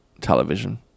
television